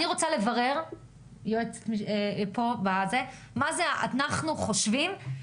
אני רוצה לברר מה זה ה"אנחנו חושבים",